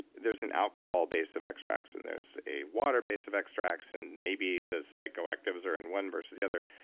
there's an alcohol-base of extracts, and there's a water base of extracts, and maybe the psychoactives are in one versus the other.